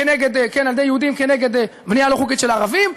על ידי יהודים כנגד בנייה לא חוקית של ערבים.